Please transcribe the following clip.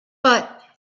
but